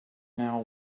now